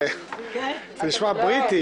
אבל לפני כן חברי הוועדה המסדרת